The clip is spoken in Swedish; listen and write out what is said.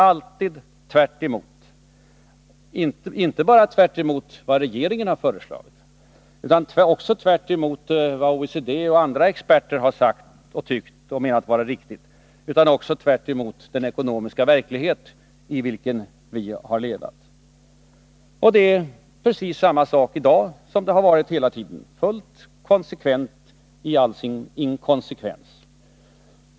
Alltid tvärtemot — och inte bara tvärtemot vad regeringen har föreslagit utan också tvärtemot vad OECD och andra experter har sagt och tyckt och menat vara riktigt och tvärtemot den ekonomiska verklighet i vilken vi har levat. Det är precis samma sak i dag som det har varit hela tiden, fullt konsekvent i all sin inkonsekvens.